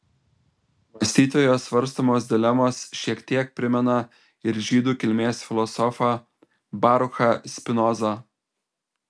mąstytojo svarstomos dilemos šiek tiek primena ir žydų kilmės filosofą baruchą spinozą